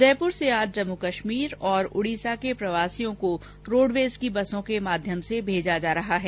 उदयपुर से आज जम्मूकश्मीर और उड़ीसा के प्रवासियों को रोड़वेज की बसों के माध्यम से भेजा जा रहा है